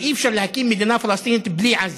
ואי-אפשר להקים מדינה פלסטינית בלי עזה.